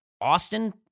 Austin